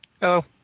Hello